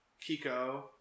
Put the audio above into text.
Kiko